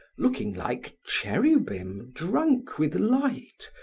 looking like cherubim drunk with light,